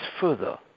further